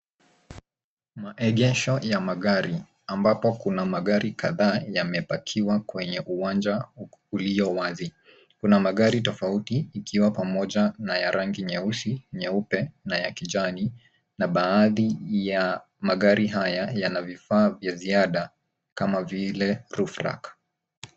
Maegesho ya magari ambapo kuna magari kadhaa yamepakiwa kwenye uwanja ulio wazi. kuna magari tofauti ikiwa pamoja na ya rangi nyeusi, nyeupe na ya kijani na baadhi ya magari haya yana vifaa vya ziada kama vile roof rack .